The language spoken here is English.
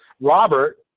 Robert